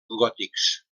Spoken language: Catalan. gòtics